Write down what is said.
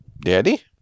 Daddy